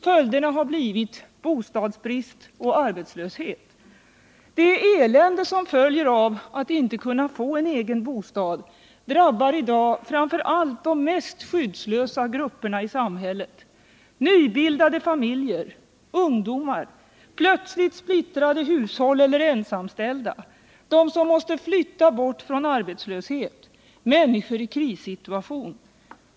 Följderna har blivit bostadsbrist och arbetslöshet. Det elände som följer av att inte kunna få en egen bostad drabbar i dag framför allt de mest skyddslösa grupperna i samhället: nybildade familjer, ungdomar, plötsligt splittrade hushåll eller ensamställda, de som måste flytta bort från arbetslöshet, människor i krissituation.